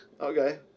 Okay